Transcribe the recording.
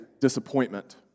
disappointment